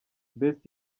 best